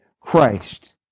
Christ